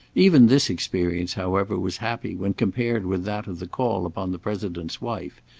even this experience, however, was happy when compared with that of the call upon the president's wife,